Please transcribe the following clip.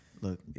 Look